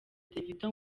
davido